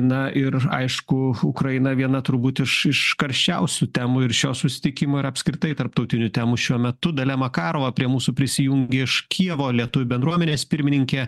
na ir aišku ukraina viena turbūt iš iš karščiausių temų ir šio susitikimo ir apskritai tarptautinių temų šiuo metu dalia makarova prie mūsų prisijungė iš kijevo lietuvių bendruomenės pirmininkė